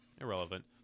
irrelevant